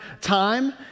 time